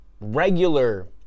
regular